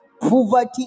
Poverty